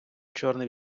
чорний